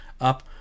up